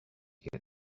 get